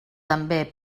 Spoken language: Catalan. també